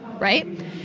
right